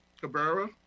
Cabrera